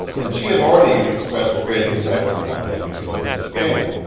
and she had already expressed great excitement about getting to go to this game.